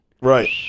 Right